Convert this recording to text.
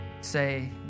say